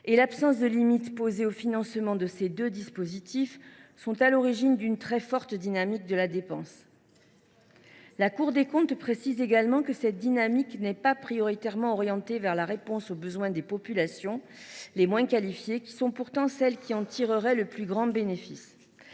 et l’absence de limite posée au financement de ces deux dispositifs sont à l’origine d’une très forte dynamique de la dépense. » La Cour des comptes précise également :« Cette dynamique n’est pas prioritairement orientée vers la réponse aux besoins des populations les moins qualifiées, qui sont pourtant celles qui en tireraient le plus grand bénéfice.